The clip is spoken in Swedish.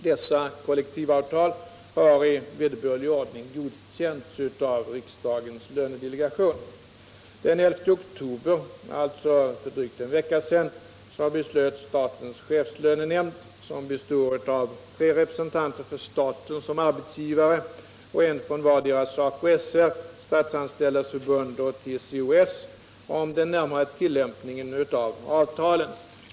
Dessa kollektivavtal har i vederbörlig ordning godkänts av riksdagens lönedelegation. Den 11 oktober — alltså för drygt en vecka sedan — beslöt statens chefslönenämnd, som består av tre representanter för staten som arbetsgivare och en från vardera SACO/SR, Statsanställdas förbund och TCO-S, om den närmare tillämpningen av avtalen.